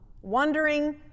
wondering